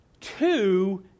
two